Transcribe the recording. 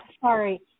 sorry